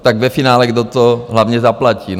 Tak ve finále kdo to hlavně zaplatí?